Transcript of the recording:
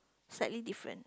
slightly different